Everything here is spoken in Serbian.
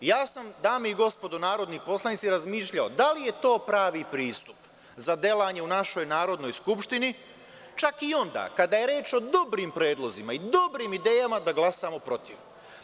I ja sam, dame i gospodo narodni poslanici, razmišljao da li je to pravi pristup za delanje u našoj Narodnoj skupštini čak i onda kada je reč o dobrim predlozima, dobrim idejama da glasamo protiv?